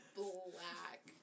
black